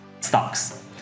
stocks